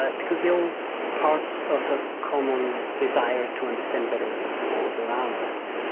ah because they're all parts of a common desire to understand better the world around us.